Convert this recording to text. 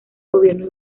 gobierno